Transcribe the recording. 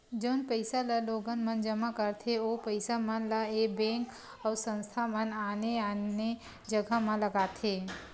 जउन पइसा ल लोगन मन जमा करथे ओ पइसा मन ल ऐ बेंक अउ संस्था मन आने आने जघा म लगाथे